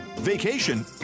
Vacation